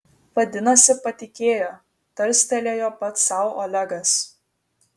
vadinasi patikėjo tarstelėjo pats sau olegas